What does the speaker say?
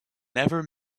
never